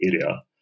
area